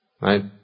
Right